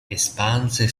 espanse